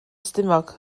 stumog